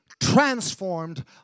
transformed